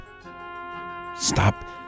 Stop